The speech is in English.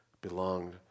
belonged